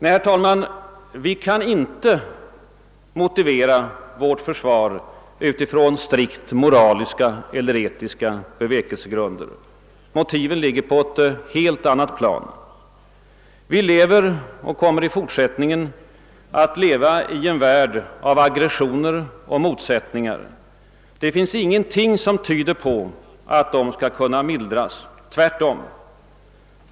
Nej, herr talman, vi kan inte motivera vårt försvar utifrån strikt moraliska eller etiska bevekelsegrunder. Motiven ligger på ett helt annat plan. Vi lever och kommer i fortsättningen att leva i en värld av aggressioner och motsättningar. Det finns ingenting som tyder på att de skall kunna mildras, tvärtom.